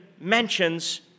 mentions